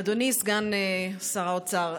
אדוני סגן שר האוצר,